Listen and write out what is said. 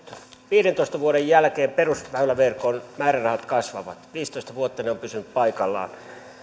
viidentoista vuoden jälkeen perusväyläverkon määrärahat kasvavat viisitoista vuotta ne ovat pysyneet paikallaan